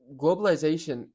globalization